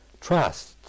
trust